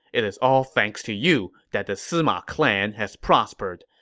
it is all thanks to you that the sima clan has prospered.